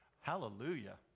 hallelujah